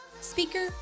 Speaker